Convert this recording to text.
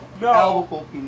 No